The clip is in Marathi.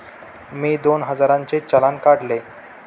मी दोन हजारांचे चलान काढले